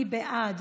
מי בעד?